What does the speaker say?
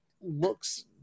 looks